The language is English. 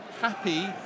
happy